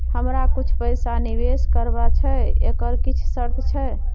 हमरा कुछ पैसा निवेश करबा छै एकर किछ शर्त छै?